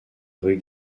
rue